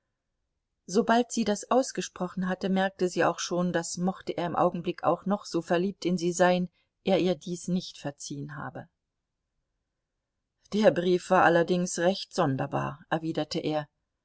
sobald sie das ausgesprochen hatte merkte sie auch schon daß mochte er im augenblick auch noch so verliebt in sie sein er ihr dies nicht verziehen habe der brief war allerdings recht sonderbar erwiderte er